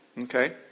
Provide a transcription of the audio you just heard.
okay